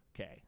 okay